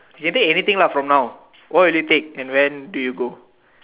can take anything lah from now what would you take and when do you go